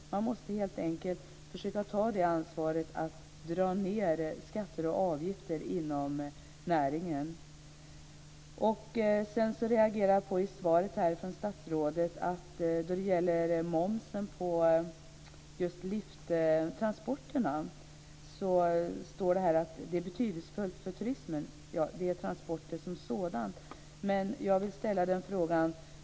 Man måste helt enkelt försöka ta ansvaret och dra ned skatter och avgifter inom näringen. Jag reagerar på en sak i svaret från statsrådet. Det gäller momsen på lifttransporterna. Det står att det är betydelsefullt för turismen. Det gäller transporter som sådana. Jag vill ställa en fråga.